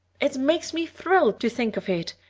it makes me thrill to think of it.